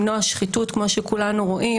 למנוע שחיתות כמו שכולנו רואים.